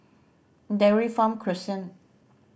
Dairy Farm Crescent